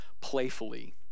playfully